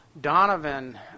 Donovan